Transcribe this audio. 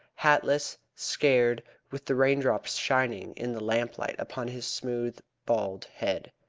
hatless, scared, with the raindrops shining in the lamplight upon his smooth, bald head.